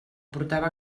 portava